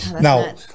now